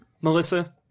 Melissa